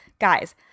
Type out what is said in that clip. Guys